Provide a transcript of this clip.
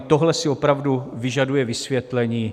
Tohle si opravdu vyžaduje vysvětlení.